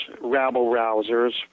rabble-rousers